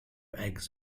eggs